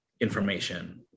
information